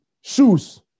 shoes